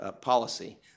policy